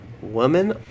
woman